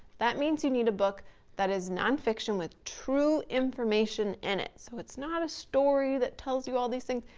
that means you need a book that is non-fiction with true information in it. so it's not a story that tells you all these things.